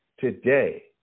Today